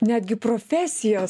netgi profesijos